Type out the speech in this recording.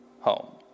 home